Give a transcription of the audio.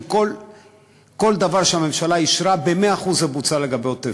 כל דבר שהממשלה אישרה לגבי עוטף-עזה,